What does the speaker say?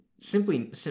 Simply